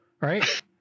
right